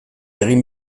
egin